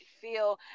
feel